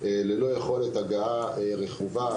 ללא יכולת הגעה רכובה,